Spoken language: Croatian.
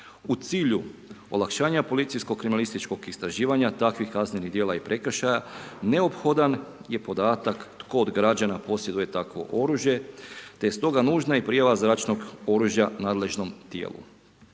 U cilju olakšanja policijsko-kriminalističkog istraživanja takvih kaznenih djela i prekršaja neophodan je podatak koliko građana posjeduje takvo oružje te je stoga nužna i prijava zračnog oružja nadležnom tijelu.